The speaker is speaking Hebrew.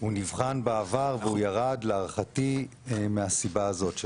הוא נבחן בעבר והוא ירד להערכתי מהסיבה הזאת,